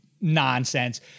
nonsense